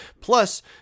plus